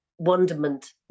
wonderment